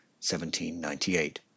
1798